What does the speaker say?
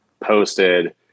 posted